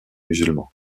musulmans